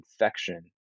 infection